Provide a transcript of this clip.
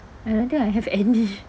I don't think I have any